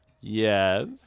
Yes